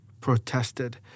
protested